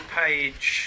page